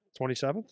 27th